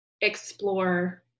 explore